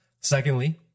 Secondly